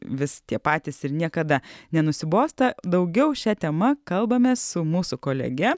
vis tie patys ir niekada nenusibosta daugiau šia tema kalbamės su mūsų kolege